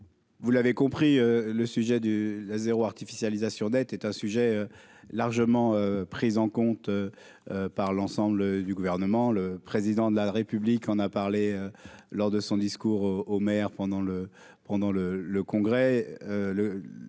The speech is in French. Vous l'avez compris le sujet de la zéro artificialisation nette est un sujet largement prise en compte par l'ensemble du gouvernement, le président de la République, on a parlé lors de son discours au au maire pendant le pendant